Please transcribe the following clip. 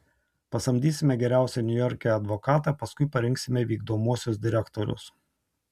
pasamdysime geriausią niujorke advokatą paskui parinksime vykdomuosius direktorius